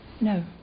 No